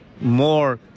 more